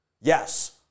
Yes